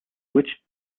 which